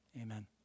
amen